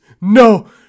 No